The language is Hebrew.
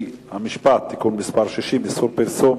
בתי-המשפט (תיקון מס' 60) (איסור פרסום),